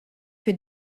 que